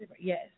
Yes